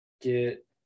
get